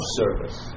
service